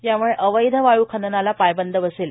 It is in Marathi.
यामुळे अवैध वाळू खननाला पायबंद बसेल